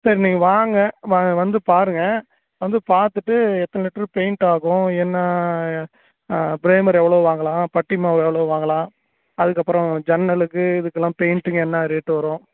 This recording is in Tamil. சரி நீங்கள் வாங்க வ வந்து பாருங்கள் வந்து பார்த்துட்டு எத்தனை லிட்டரு பெயிண்ட் ஆகும் என்ன ப்ரைமர் எவ்வளோ வாங்கலாம் பட்டி மாவு எவ்வளோ வாங்கலாம் அதுக்கு அப்புறம் ஜன்னலுக்கு இதுக்கெல்லாம் பெயிண்ட்டுங்க என்ன ரேட் வரும்